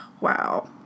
wow